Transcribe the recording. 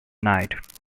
night